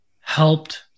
helped